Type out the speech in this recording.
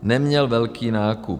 Neměl velký nákup.